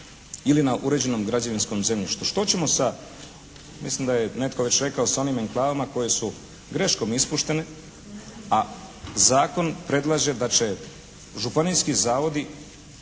ili na uređenom građevinskom zemljištu. Što ćemo sa, mislim da je netko već rekao, a onim enklavama koje su greškom ispuštene a zakon predlaže da će županijski zavodi